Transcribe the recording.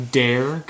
dare